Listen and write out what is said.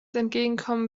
entgegenkommen